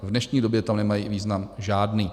V dnešní době tam nemají význam žádný.